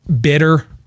bitter